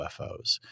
UFOs